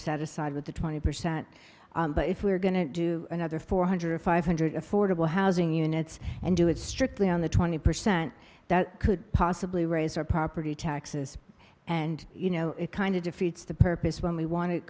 satisfied with the twenty percent but if we're going to do another four hundred five hundred affordable housing units and do it strictly on the twenty percent that could possibly raise our property taxes and you know it kind of defeats the purpose when we want